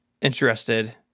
interested